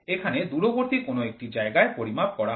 এখানে দূরবর্তী কোন একটি জায়গায় পরিমাপ করা হয়